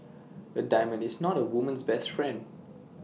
A diamond is not A woman's best friend